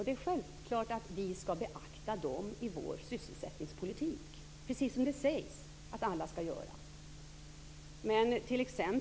Det är självklart att vi skall beakta dessa i vår sysselsättningspolitik, precis som det sägs att alla skall göra.